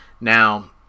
Now